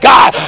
God